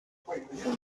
what